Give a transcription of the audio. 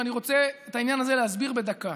ואני רוצה את העניין הזה להסביר בדקה.